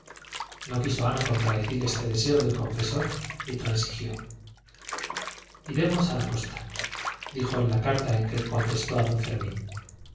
no quiso ana contradecir este deseo del confesor y transigió iremos a la costa dijo en la carta en que contestó a don fermín